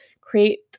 create